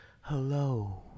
hello